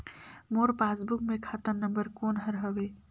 मोर passbook मे खाता number कोन हर हवे?